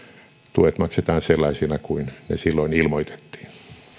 tuet maksetaan sellaisina kuin ne silloin ilmoitettiin